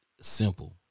simple